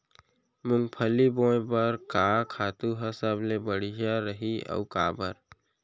मूंगफली बोए बर का खातू ह सबले बढ़िया रही, अऊ काबर?